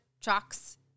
trucks